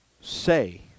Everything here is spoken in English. say